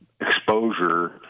exposure